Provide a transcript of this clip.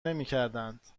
نمیکردند